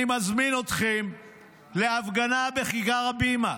אני מזמין אתכם להפגנה בכיכר הבימה,